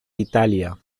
itàlia